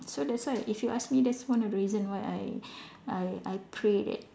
so that's why if you ask me that's one of the reason why I I I pray that